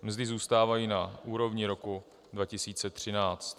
Mzdy zůstávají na úrovni roku 2013.